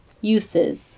uses